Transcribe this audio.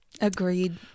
Agreed